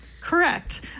Correct